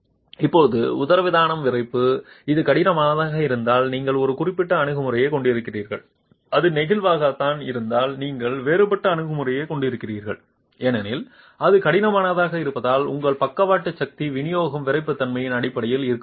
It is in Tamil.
இப்போது உதரவிதானம் விறைப்பு அது கடினமானதாக இருந்தால் நீங்கள் ஒரு குறிப்பிட்ட அணுகுமுறையைக் கொண்டிருக்கிறீர்கள் அது நெகிழ்வானதாக இருந்தால் நீங்கள் வேறுபட்ட அணுகுமுறையைக் கொண்டிருக்கிறீர்கள் ஏனெனில் அது கடினமானதாக இருந்தால் உங்கள் பக்கவாட்டு சக்தி விநியோகம் விறைப்புத்தன்மையின் அடிப்படையில் இருக்கப்போகிறது